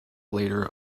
later